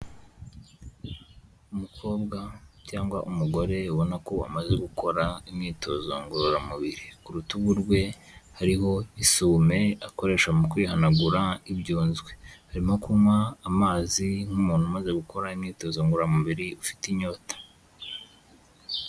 Umukobwa cyangwa umugore ubona ko amaze gukora imyitozo ngororamubiri. Ku rutugu rwe hariho isume akoresha mu kwihanagura ibyunzwe. Arimo kunywa amazi nk'umuntu umaze gukora imyitozo ngororamubiri ufite inyota.